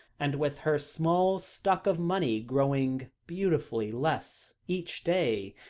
and with her small stock of money growing beautifully less each day,